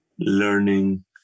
learning